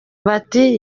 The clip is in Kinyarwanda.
bati